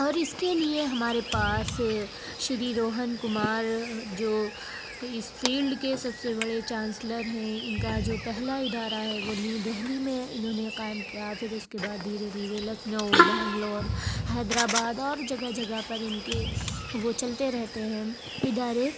اور اس کے لیے ہمارے پاس شری روہن کمار جو اس فیلڈ کے سب سے بڑے چانسلر ہیں ان کا جو پہلا ادارہ ہے وہ نیو دہلی میں انہوں نے قائم کیا پھر اس کے بعد دھیرے دھیرے لکھنؤ بنگلور حیدر آباد اور جگہ جگہ پر ان کے وہ چلتے رہتے ہیں ادارے